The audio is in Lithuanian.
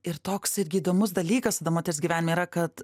ir toks irgi įdomus dalykas tada moters gyvenime yra kad